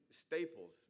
Staples